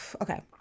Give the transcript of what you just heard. okay